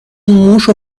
موشو